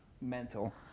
mental